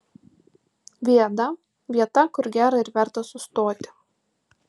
viada vieta kur gera ir verta sustoti